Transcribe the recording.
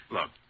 Look